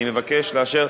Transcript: אני מבקש לאשר,